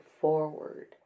forward